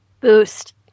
Boost